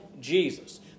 Jesus